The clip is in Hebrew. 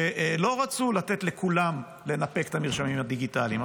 שלא רצו לתת לכולם לנפק את המרשמים הדיגיטליים.